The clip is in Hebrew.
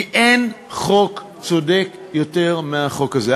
כי אין חוק צודק יותר מהחוק הזה.